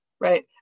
Right